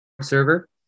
server